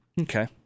Okay